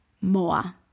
more